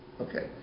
Okay